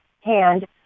hand